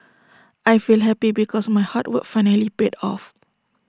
I feel happy because my hard work finally paid off